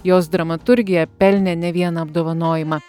jos dramaturgija pelnė ne vieną apdovanojimą